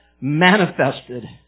manifested